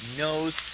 knows